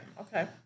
okay